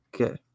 Okay